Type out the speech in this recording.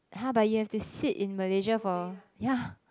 [huh] but you have to sit in Malaysia for yeah